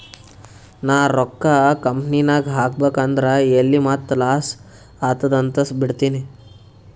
ನಾ ರೊಕ್ಕಾ ಕಂಪನಿನಾಗ್ ಹಾಕಬೇಕ್ ಅಂದುರ್ ಎಲ್ಲಿ ಮತ್ತ್ ಲಾಸ್ ಆತ್ತುದ್ ಅಂತ್ ಬಿಡ್ತೀನಿ